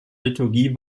liturgie